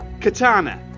Katana